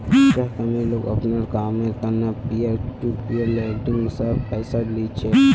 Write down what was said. सहकर्मी लोग अपनार कामेर त न पीयर टू पीयर लेंडिंग स पैसा ली छेक